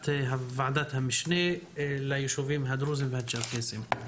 וועדת המשנה ליישובים הדרוזים והצ'רקסים.